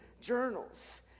journals